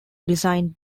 designed